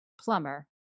plumber